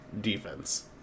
defense